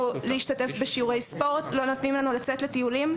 להשתתף בשיעורי ספורט וחינוך מיני; ולא נותנים לנו לצאת לטיולים.